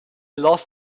lost